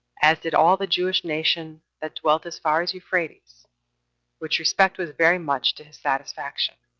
as did all the jewish nation that dwelt as far as euphrates which respect was very much to his satisfaction.